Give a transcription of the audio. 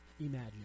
imagine